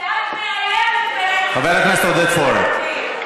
את מסיתה ואת מאיימת, חבר הכנסת עודד פורר.